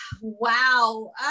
wow